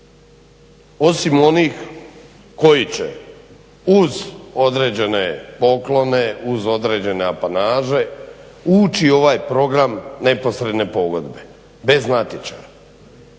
osim onih koji će uz određene poklone, uz određene apanaže ući u ovaj program neposredne pogodbe bez natječaja.